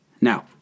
Now